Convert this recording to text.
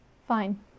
Fine